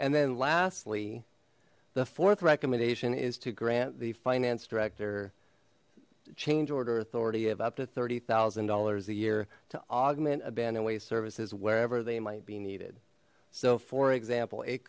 and then lastly the fourth recommendation is to grant the finance director change order authority of up to thirty thousand dollars a year to augment abandoned waste services wherever they might be needed so for example it